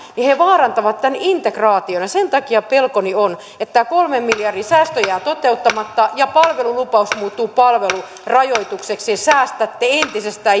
vaarantavat tämän integraation sen takia pelkoni on että tämä kolmen miljardin säästö jää toteuttamatta ja palvelulupaus muuttuu palvelurajoitukseksi ja säästätte entisestään